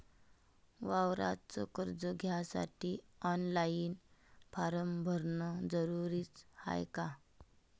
वावराच कर्ज घ्यासाठी ऑनलाईन फारम भरन जरुरीच हाय का?